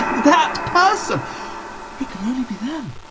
that person! it can only be them!